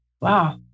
Wow